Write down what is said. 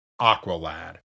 Aqualad